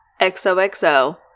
XOXO